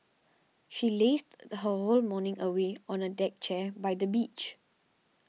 she lazed the her whole morning away on a deck chair by the beach